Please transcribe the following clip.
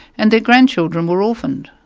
and their grandchildren were orphaned,